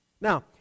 Now